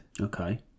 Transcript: Okay